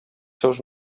seus